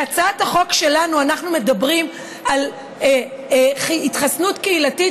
בהצעת החוק שלנו אנחנו מדברים על התחסנות קהילתית,